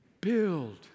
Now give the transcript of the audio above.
build